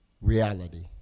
reality